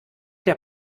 der